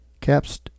caps